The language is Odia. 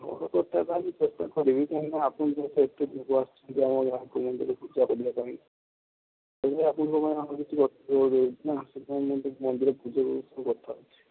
ଘର କଥା ପାଇଁ ଚେଷ୍ଟା କରିବି କାହିଁକି ନା ଆପଣ ଯେହେତୁ ଏତେ ଦୂର ଆସିଛନ୍ତି ଆମ ଗାଁକୁ ମନ୍ଦିରରେ ପୂଜା କରିବା ପାଇଁ ସେଇ ଆପଣଙ୍କ ପାଇଁ ଆମେ କିଛି କରିପାରିବୁ ନା ସେଥିପାଇଁ ଆମ ମନ୍ଦିରର ପୂଜା ପାଇଁ କଥା ହେଉଛି